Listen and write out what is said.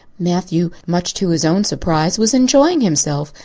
matthew, much to his own surprise, was enjoying himself.